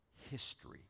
history